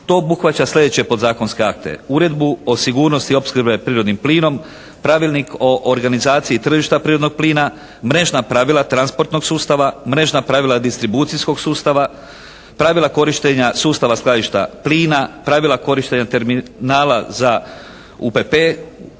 To obuhvaća slijedeće podzakonske akte,